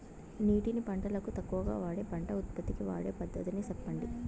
నీటిని పంటలకు తక్కువగా వాడే పంట ఉత్పత్తికి వాడే పద్ధతిని సెప్పండి?